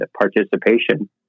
participation